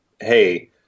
hey